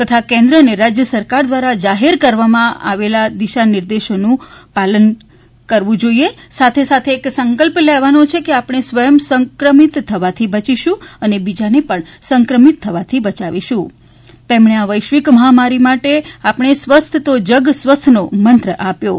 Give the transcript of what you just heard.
તથા કેન્દ્ર અને રાજ્ય સરકાર દ્વારા જાહેર કરવામાં આવેલી દિશા નિર્દેશોનું પાલન કરીશુ સાથે સાથે એક સંકલ્પ લેવાનો છે કે આપણે સ્વયં સંક્રમિત થવાથી બચીશુ અને બીજાને પણ સંક્રમિત થવાથી બયાવીશું તેમણે આ વૈશ્વિક મહામારી માટે આપણે સ્વસ્થ તો જગ સ્વસ્થનો મંત્ર આપ્યો હતો